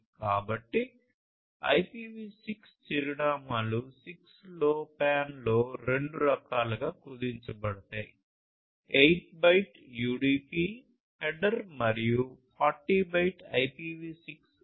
కాబట్టి IPv6 చిరునామాలు 6LoWPAN లో రెండు రకాలుగా కుదించబడతాయి 8 బైట్ UDP హెడర్ మరియు 40 బైట్ IPv6 హెడర్